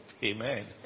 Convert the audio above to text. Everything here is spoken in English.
Amen